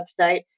website